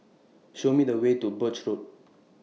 Show Me The Way to Birch Road